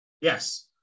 Yes